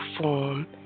form